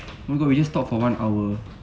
oh my god we just talked for one hour